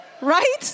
right